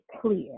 clear